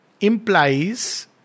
implies